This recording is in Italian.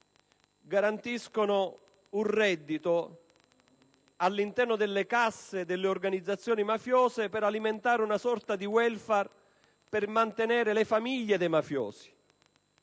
garantiscono un reddito all'interno delle casse delle organizzazioni mafiose per alimentare una sorta di *welfare* per mantenere le famiglie dei mafiosi.